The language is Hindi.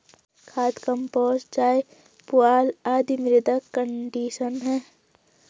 खाद, कंपोस्ट चाय, पुआल आदि मृदा कंडीशनर है